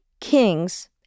kings